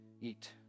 eat